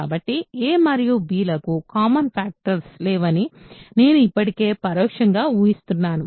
కాబట్టి a మరియు b లకు కామన్ ఫ్యాక్టర్స్ లేవని నేను ఇప్పటికే పరోక్షంగా ఊహిస్తున్నాను